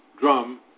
drum